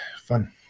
fun